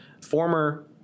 Former